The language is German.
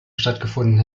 stattgefunden